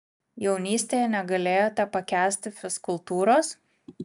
jaunystėje negalėjote pakęsti fizkultūros